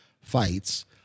fights